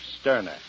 Sterner